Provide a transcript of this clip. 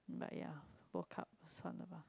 but yeah World-Cup 算了 bah